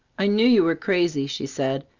i knew you were crazy, she said,